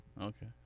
Okay